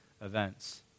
events